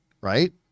Right